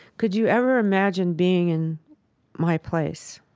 could you ever imagine being in my place?